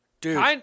Dude